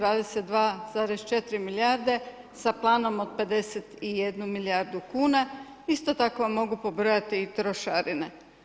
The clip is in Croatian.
22,4 milijarde, sa planom od 51 milijardu kuna, isto tako vam mogu pobrojati trošarine.